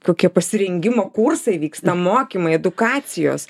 kokie pasirengimo kursai vyksta mokymai edukacijos